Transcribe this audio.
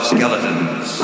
Skeletons